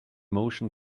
motion